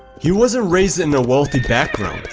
he wasn't raised in a wealthy background.